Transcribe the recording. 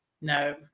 No